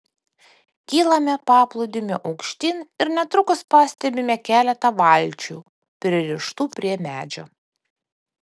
kylame paplūdimiu aukštyn ir netrukus pastebime keletą valčių pririštų prie medžio